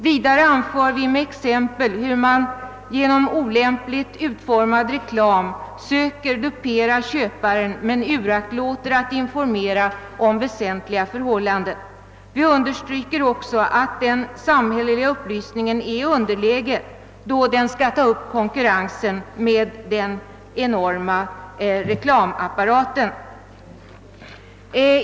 Vi anför exempel på hur man genom olämpligt utformad reklam försöker du 'pera köparen och uraktlåter att informera om väsentliga förhållanden. Vi understryker också att den samhälleliga upplysningen är i underläge då den skall ta upp konkurrensen med den enorma reklamapparaten.